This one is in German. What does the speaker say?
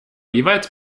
jeweils